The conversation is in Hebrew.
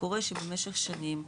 קורה שבמשך שנים,